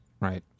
Right